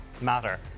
matter